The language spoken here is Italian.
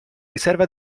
riserva